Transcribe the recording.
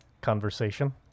conversation